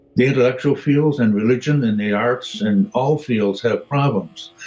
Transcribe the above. the intellectual fields, and religion, and the arts, and all fields have problems.